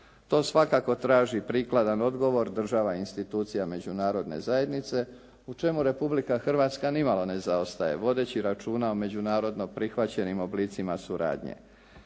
To svakako traži prikladan odgovor država institucija Međunarodne zajednice u čemu Republika Hrvatska nimalo ne zaostaje vodeći računa o međunarodno prihvaćenim oblicima suradnje.